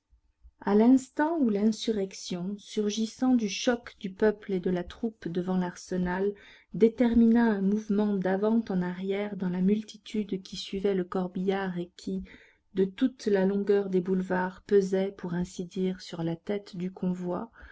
à l'instant où l'insurrection surgissant du choc du peuple et de la troupe devant l'arsenal détermina un mouvement d'avant en arrière dans la multitude qui suivait le corbillard et qui de toute la longueur des boulevards pesait pour ainsi dire sur la tête du convoi